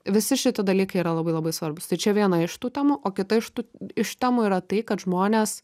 visi šiti dalykai yra labai labai svarbūs tai čia viena iš tų temų o kita iš tų iš temų yra tai kad žmones